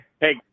hey